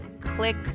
Click